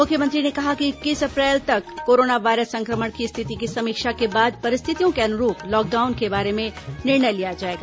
मुख्यमंत्री ने कहा कि इक्कीस अप्रैल तक कोरोना वायरस संक्रमण की स्थिति की समीक्षा के बाद परिस्थितियों के अनुरूप लॉकडाउन के बारे में निर्णय लिया जाएगा